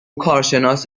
کارشناس